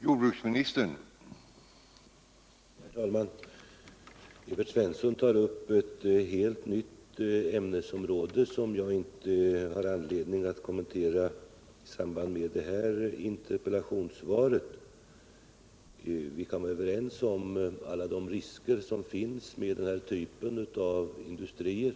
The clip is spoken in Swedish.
Herr talman! Evert Svensson tar upp ett helt nytt ämnesområde som jag inte har anledning att kommentera i samband med detta interpellationssvar. Vi kan vara överens om alla de risker som finns med den här typen av industrier.